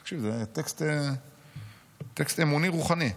תקשיב, טקסט אמוני רוחני,